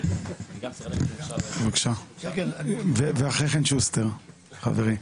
בבקשה ואחרי כן שוסטר חברי,